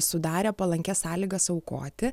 sudarė palankias sąlygas aukoti